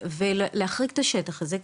ולהחריג את השטח הזה.